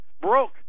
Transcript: broke